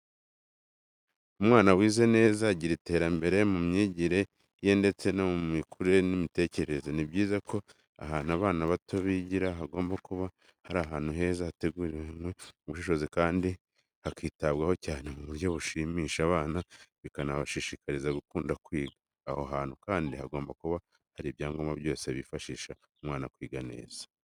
Umwana wize neza agira iterambere mu myigire ye ndetse no mu mikurire y'imitekerereze. Ni byiza ko ahantu abana bato bigira hagomba kuba ari ahantu heza hateguranwe ubushishozi kandi hakitabwaho cyane mu buryo bushimisha abana bikanabashishikariza gukunda kwiga. Aho hantu kandi hagomba kuba hari ibyangombwa byose bifasha umwana kwiga neza ibintu byose biba bigomba kuba biteguranwe isuku.